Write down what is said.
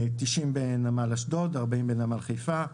90 בנמל אשדוד, 40 בנמל חיפה.